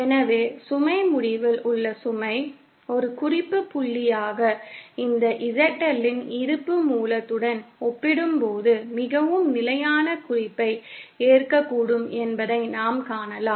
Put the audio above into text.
எனவே சுமை முடிவில் உள்ள சுமை ஒரு குறிப்பு புள்ளியாக இந்த ZL இன் இருப்பு மூலத்துடன் ஒப்பிடும்போது மிகவும் நிலையான குறிப்பை ஏற்கக்கூடும் என்பதை நாம் காணலாம்